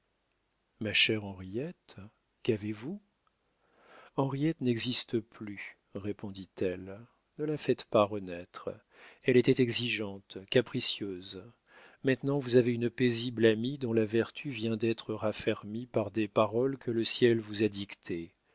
ma chère henriette qu'avez-vous henriette n'existe plus répondit-elle ne la faites pas renaître elle était exigeante capricieuse maintenant vous avez une paisible amie dont la vertu vient d'être raffermie par des paroles que le ciel vous a dictées